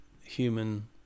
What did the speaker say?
human